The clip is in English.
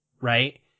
Right